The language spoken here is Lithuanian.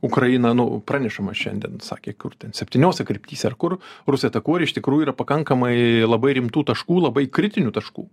ukraina nu pranešama šiandien sakė kur ten septyniose kryptyse ar kur rusai atakuoja ir iš tikrųjų yra pakankamai labai rimtų taškų labai kritinių taškų